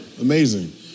amazing